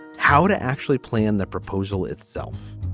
how to actually plan the proposal itself.